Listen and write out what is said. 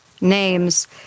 names